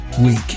week